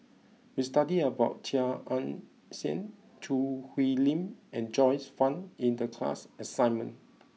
we studied about Chia Ann Siang Choo Hwee Lim and Joyce Fan in the class assignment